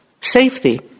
safety